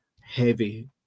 heavy